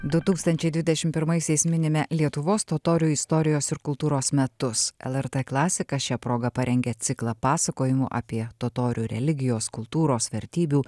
du tūkstančiai dvidešim pirmaisiais minime lietuvos totorių istorijos ir kultūros metus lrt klasika šia proga parengė ciklą pasakojimų apie totorių religijos kultūros vertybių